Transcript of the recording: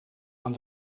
aan